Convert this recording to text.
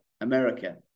America